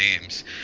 names